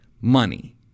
money